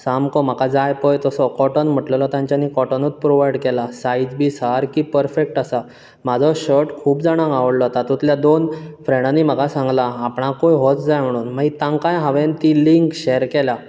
सामको म्हाका जाय पळय तसो कॉटन म्हटलेलो तांच्यानी कॉटनूत प्रोवायड केला सायज बी सारकी पर्फेक्ट आसा म्हाजो शर्ट खूब जाणांक आवडला तातुंतल्या दोन फ्रेन्डानी म्हाका सांगला आपणाकुय होच जाय म्हणून मागीर तांकाय हांवेन ती लिंक शेर केल्या